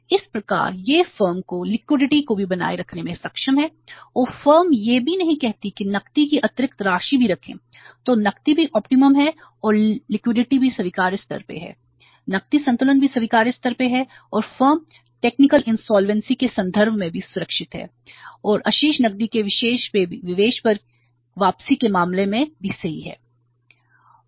इस प्रकार यह फर्म की लिक्विडिटी के संदर्भ में भी सुरक्षित है और अधिशेष नकदी के निवेश पर वापसी के मामले में भी सही है